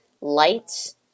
lights